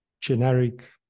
generic